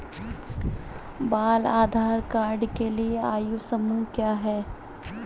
बाल आधार कार्ड के लिए आयु समूह क्या है?